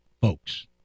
folks